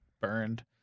burned